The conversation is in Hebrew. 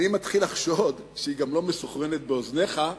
אני מתחיל לחשוד שהיא גם לא מסונכרנת באוזניך,